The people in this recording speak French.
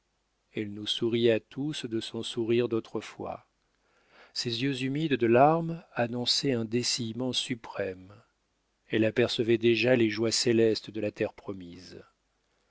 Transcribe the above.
elle nous sourit à tous de son sourire d'autrefois ses yeux humides de larmes annonçaient un dessillement suprême elle apercevait déjà les joies célestes de la terre promise